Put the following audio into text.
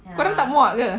korang tak muak ke